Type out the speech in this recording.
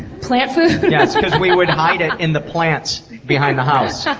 plant food? yes. because we would hide it in the plants behind the house.